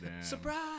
Surprise